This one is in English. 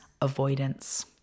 avoidance